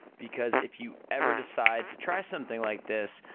because if you ever decide to try something like this,